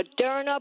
Moderna